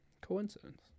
coincidence